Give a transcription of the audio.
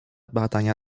badania